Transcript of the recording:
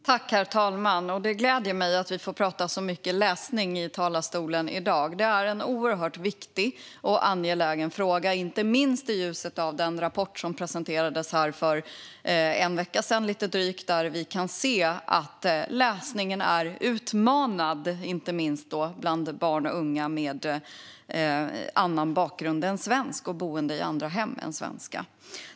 Herr talman! Det gläder mig att vi får tala så mycket om läsning i talarstolen i dag. Det är en oerhört viktig och angelägen fråga, inte minst i ljuset av den rapport som presenterades för lite drygt en vecka sedan. Där kan vi se att läsningen är utmanad inte minst bland barn och unga med annan bakgrund än svensk och boende i andra hem än svenska.